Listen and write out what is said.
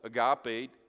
agape